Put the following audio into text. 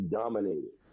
dominated